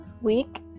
week